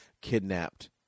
kidnapped